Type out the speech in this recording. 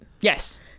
Yes